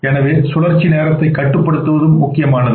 எனவே சுழற்சி நேரத்தைக் கட்டுப்படுத்துவதும் முக்கியமானது